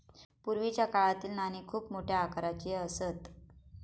पूर्वीच्या काळातील नाणी खूप मोठ्या आकाराची असत